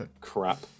crap